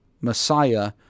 messiah